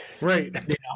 Right